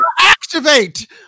activate